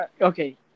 Okay